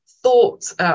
thoughts